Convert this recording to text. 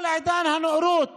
כל עידן הנאורות